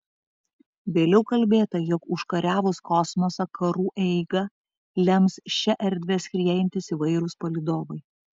vėliau kalbėta jog užkariavus kosmosą karų eigą lems šia erdve skriejantys įvairūs palydovai